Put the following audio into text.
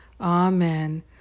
Amen